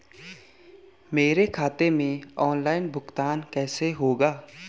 मेरे खाते में ऑनलाइन भुगतान कैसे होगा?